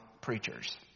preachers